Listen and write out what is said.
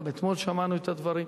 גם אתמול שמענו את הדברים: